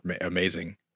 amazing